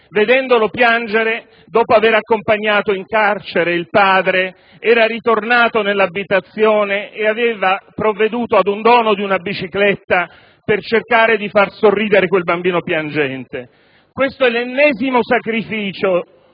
pregiudicato e, dopo aver accompagnato in carcere il padre, era ritornato nell'abitazione e aveva provveduto a donare una bicicletta per cercare di far sorridere quel bambino piangente. Questo è l'ennesimo sacrificio